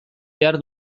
behar